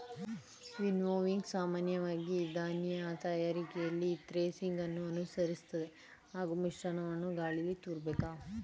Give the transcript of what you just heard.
winnowing ಸಾಮಾನ್ಯವಾಗಿ ಧಾನ್ಯ ತಯಾರಿಕೆಯಲ್ಲಿ ಥ್ರೆಸಿಂಗನ್ನು ಅನುಸರಿಸ್ತದೆ ಹಾಗೂ ಮಿಶ್ರಣವನ್ನು ಗಾಳೀಲಿ ತೂರ್ಬೇಕು